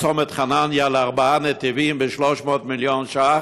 צומת חנניה לארבעה נתיבים ב-300 מיליון ש"ח,